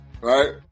right